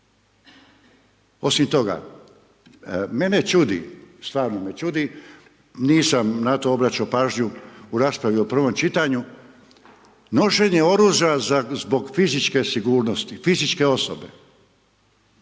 Osim toga, mene čudi, stvarno me čudi, nisam na to obraćao pažnju u raspravi u prvom čitanju, nošenje oružja zbog fizičke sigurnosti fizičke osobe.